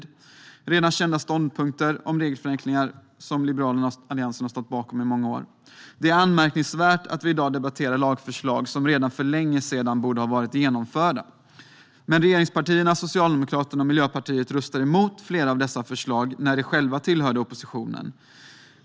Det är redan kända ståndpunkter om regelförenklingar som Liberalerna och Alliansen har stått bakom under många år. Det är anmärkningsvärt att vi i dag debatterar lagförslag som redan för länge sedan borde ha varit genomförda, men regeringspartierna Socialdemokraterna och Miljöpartiet röstade emot flera av dessa förslag när de själva tillhörde oppositionen.